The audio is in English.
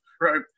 right